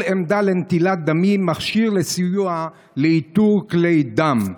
עמדה לנטילת דמים מכשיר לסיוע לאיתור כלי דם.